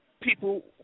people